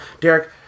Derek